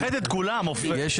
אתה מאחד את כולם, יואב.